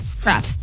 Crap